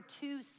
two